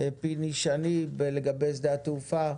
פיני שני לגבי שדה התעופה.